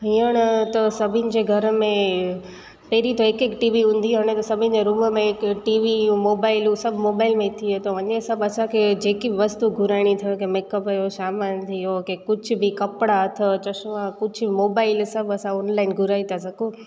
हींअर त सभिनि जे घर में पहिरियों त हिक हिक टीवी हूंदी हुनखे सभिनि जे रूम में हिकु टीवी मोबाइलूं सभु मोबाइल में थिए थो वञे सभु असांखे जेकी वस्तू घुराइणी अथव की मेकअप जो सामान थी वियो की कुझु बि कपिड़ा अथव चश्मा सभु कुझु मोबाइल सभु असां ऑनलाइन घुराए था सघूं